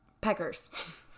peckers